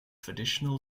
traditional